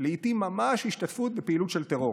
לעיתים ממש השתתפות בפעילות של טרור.